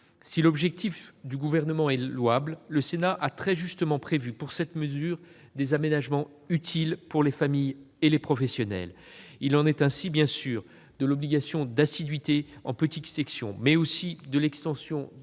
Si l'objectif du Gouvernement est louable, le Sénat a très justement prévu, au titre de cette mesure, des aménagements utiles pour les familles et les professionnels. Il en est ainsi de l'obligation d'assiduité en petite section, mais aussi de l'extension à cinq